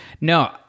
No